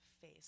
face